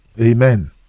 Amen